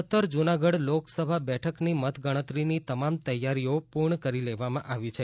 સત્તર જૂનાગઢ લોકસભા બેઠક ની મત ગણતરી ની તમામ તેયારીઓ પૂર્ણ કરી લેવામાં આવી છે